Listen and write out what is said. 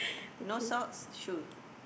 no socks shoe